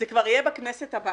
זה יהיה כבר בכנסת הבאה,